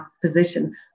position